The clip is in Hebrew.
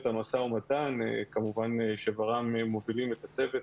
המשא-ומתן כמובן שור"מ מובילים את הצוות